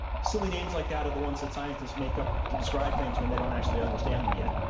silly names like that are the ones that scientists make up to describe things when they don't actually understand them yet.